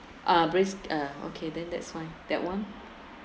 ah braised ah okay then that's fine that one